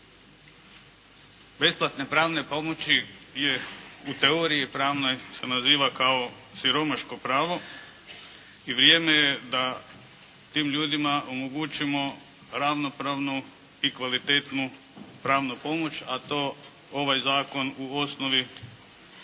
besplatne pravne pomoći je u teoriji i pravno se naziva kao siromaško pravo i vrijeme je da tim ljudima omogućimo ravnopravnu i kvalitetnu pravnu pomoć, a to ovaj zakon u osnovi